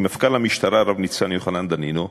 עם מפכ"ל המשטרה רב-ניצב יוחנן דנינו.